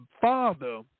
father